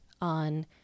on